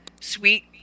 sweet